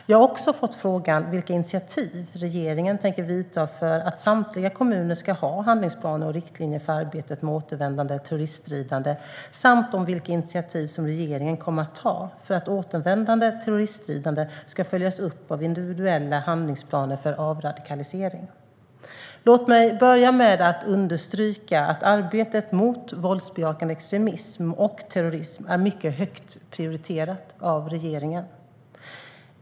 Jag har också fått frågan vilka initiativ regeringen tänker ta för att samtliga kommuner ska ha handlingsplaner och riktlinjer för arbetet med återvändande terroriststridande samt vilka initiativ regeringen kommer att ta för att återvändande terroriststridande ska följas upp av individuella handlingsplaner för avradikalisering. Låt mig börja med att understryka att arbetet mot våldsbejakande extremism och terrorism är mycket högt prioriterat av regeringen.